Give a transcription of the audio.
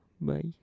bye